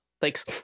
thanks